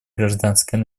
гражданское